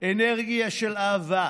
אנרגיה של אהבה,